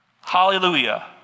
Hallelujah